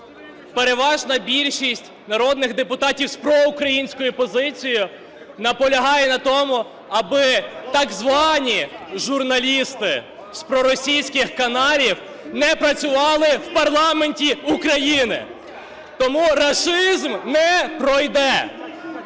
переважна більшість народних депутатів з проукраїнською позицією наполягає на тому, аби так звані журналісти з проросійських каналів не працювали в парламенті України, тому рашизм не пройде.